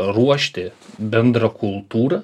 ruošti bendrą kultūrą